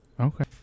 Okay